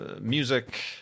music